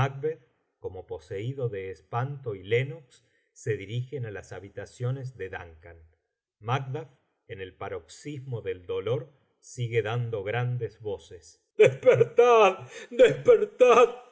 como poseído'de espanto y lennox se dirigen á las habitaciones de duncan macduff en el paroxismo del dolqr sigue dando grandes voces despertad despertad